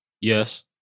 Yes